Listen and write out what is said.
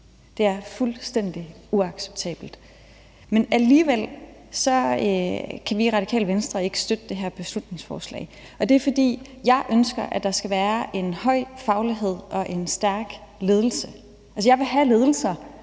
Det er fuldstændig uacceptabelt. Men alligevel kan vi i Radikale Venstre ikke støtte det her beslutningsforslag. Det er, fordi jeg ønsker, at der skal være en høj faglighed og en stærk ledelse. Jeg vil have ledelser,